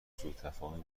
سوتفاهمی